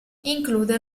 include